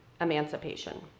emancipation